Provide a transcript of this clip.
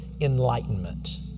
enlightenment